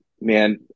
man